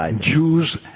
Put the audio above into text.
Jews